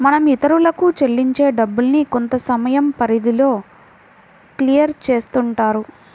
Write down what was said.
మనం ఇతరులకు చెల్లించే డబ్బుల్ని కొంతసమయం పరిధిలో క్లియర్ చేస్తుంటారు